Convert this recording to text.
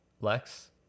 Lex